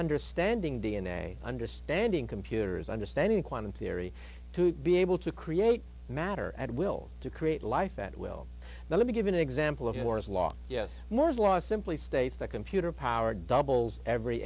understanding d n a understanding computers understanding quantum theory to be able to create matter at will to create life that will let me give an example of moore's law yes moore's law simply states that computer power doubles every